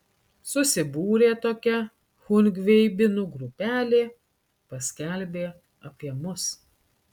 susibūrė tokia chungveibinų grupelė paskelbė apie mus